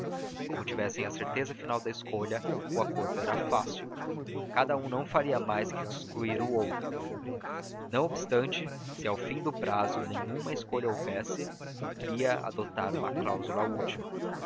como tivessem a certeza final da escolha o acordo era fácil cada um não faria mais que excluir o outro não obstante se ao fim do prazo nenhuma escolha houvesse cumpria adotar uma cláusula última